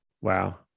Wow